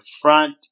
front